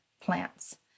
plants